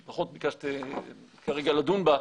שפחות כרגע נדון בה,